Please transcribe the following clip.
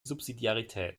subsidiarität